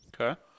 Okay